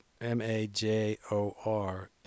M-A-J-O-R